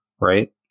right